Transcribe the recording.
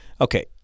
Okay